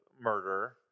murder